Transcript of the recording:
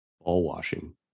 Ball-washing